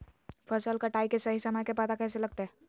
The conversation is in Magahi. फसल कटाई के सही समय के पता कैसे लगते?